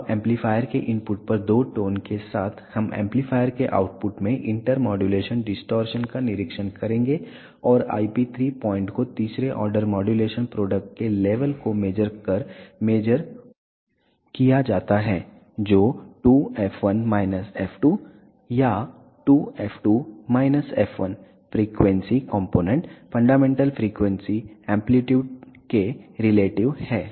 अब एम्पलीफायर के इनपुट पर दो टोन के साथ हम एम्पलीफायर के आउटपुट में इंटर मॉड्यूलेशन डिस्टॉरशन का निरीक्षण करेंगे और IP 3 पॉइंट को तीसरे ऑर्डर मॉड्यूलेशन प्रोडक्ट के लेवल को मेज़र कर मेज़र किया जाता है जो 2f1 f2 या 2f2 f1 frequency component fundamental frequency amplitude के रिलेटिव है